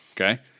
Okay